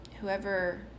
Whoever